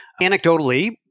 Anecdotally